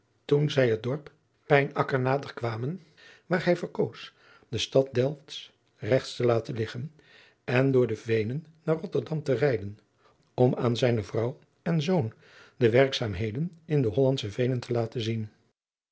toen zij het dorp pijnaker naderkwamen daar hij verkoos de stad delft regts te laten liggen en door de veenen naar rotterdam te rijden adriaan loosjes pzn het leven van maurits lijnslager om aan zijne vrouw en zoon de werkzaambeden in de hollandsche veenen te laten zien